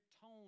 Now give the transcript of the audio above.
tone